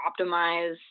optimize